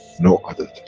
no other